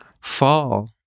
Fall